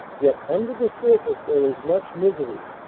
yet under the surface there is much misery.